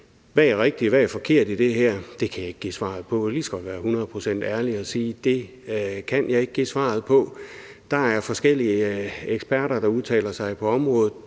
Hvad er rigtigt, og hvad er forkert i det her? Det kan jeg ikke give svaret på. Jeg kan lige så godt være hundrede procent ærlig og sige, at det kan jeg ikke give svaret på. Der er forskellige eksperter, der udtaler sig på området.